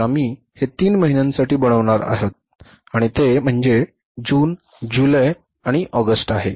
तर आम्ही हे तीन महिन्यांसाठी बनवणार आहोत आणि ते म्हणजे जून जुलै आणि ऑगस्ट आहेत